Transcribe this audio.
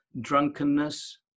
drunkenness